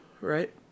Right